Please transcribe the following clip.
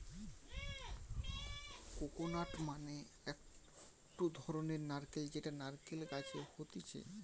coconut মানে একটো ধরণের নারকেল যেটা নারকেল গাছে হতিছে